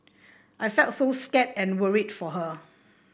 I felt so scared and worried for her